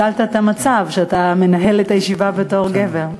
הצלת את המצב, שאתה מנהל את הישיבה בתור גבר.